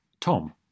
Tom